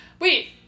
Wait